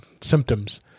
symptoms